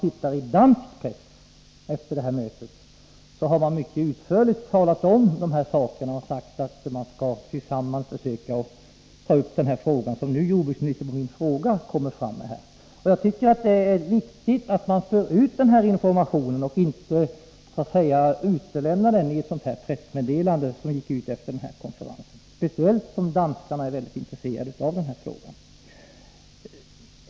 I dansk press togs de här sakerna upp mycket utförligt efter mötet, och där sades också att man tillsammans skulle försöka ta upp frågan, vilket jordbruksministern först nu säger i svaret på min fråga. Jag tycker att det är viktigt att denna information förs ut och att den inte utelämnas, som i det pressmeddelande som gick ut efter konferensen — speciellt som danskarna är mycket intresserade av den här frågan.